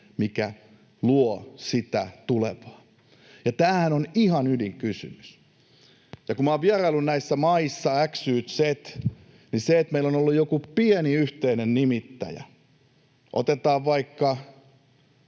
mikä luo sitä tulevaa. Ja tämähän on ihan ydinkysymys. Ja kun minä olen vieraillut näissä maissa XYZ, niin se, että meillä on ollut joku pieni yhteinen nimittäjä — otetaan vaikka